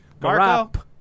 Marco